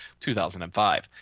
2005